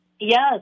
Yes